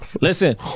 Listen